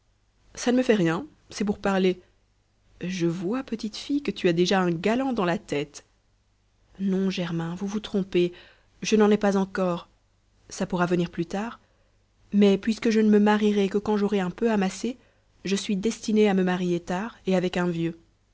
ça ne me fait rien c'est pour parler je vois petite fille que tu as déjà un galant dans la tête non germain vous vous trompez je n'en ai pas encore ça pourra venir plus tard mais puisque je ne me marierai que quand j'aurai un peu amassé je suis destinée à me marier tard et avec un vieux